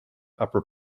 upper